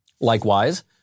Likewise